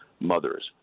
mothers